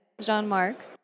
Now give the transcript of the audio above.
Jean-Marc